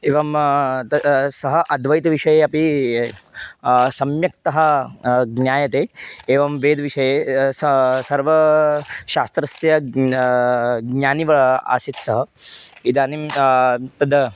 एवं त सः अद्वैतविषये अपि सम्यक्तया ज्ञायते एवं वेदविषये स सर्वा शास्त्रस्य ज्ञा ज्ञानीव आसीत् सः इदानीं तद्